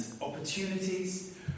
opportunities